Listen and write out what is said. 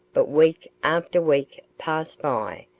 but week after week passed by,